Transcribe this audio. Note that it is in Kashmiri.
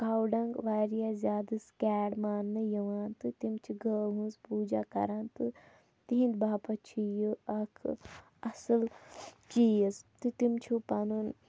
کَو ڈَنٛگ واریاہ زیادٕ سِکیڈ ماننہٕ یِوان تہٕ تِم چھِ گٲو ہٕنٛز پوٗجا کَران تہٕ تِہِنٛدِ باپَتھ چھِ یہِ اَکھ اَصٕل چیٖز تہٕ تِم چھِ پَنُن